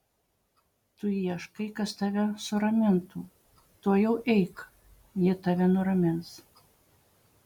tu ieškai kas tave suramintų tuojau eik ji tave nuramins